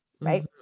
right